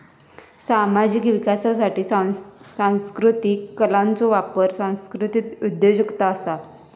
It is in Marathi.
सामाजिक विकासासाठी सांस्कृतीक कलांचो वापर सांस्कृतीक उद्योजगता असा